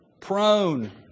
prone